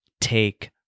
take